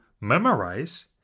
memorize